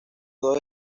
dos